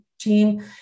team